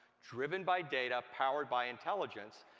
driven by data, powered by intelligence.